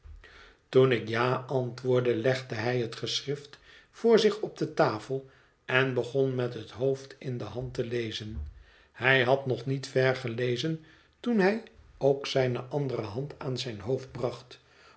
toen ik ja antwoordde legde hij het geschrift voor zich op de tafel en begon met het hoofd in de hand te lezen hij had nog niet ver gelezen toen hij ook zijne andere hand aan zijn hoofd bracht